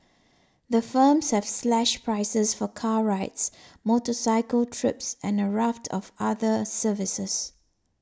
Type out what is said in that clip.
the firms have slashed prices for car rides motorcycle trips and a raft of other services